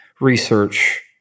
research